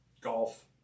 Golf